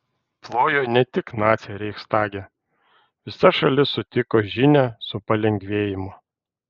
plojo ne tik naciai reichstage visa šalis sutiko žinią su palengvėjimu